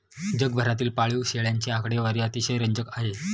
जगभरातील पाळीव शेळ्यांची आकडेवारी अतिशय रंजक आहे